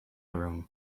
room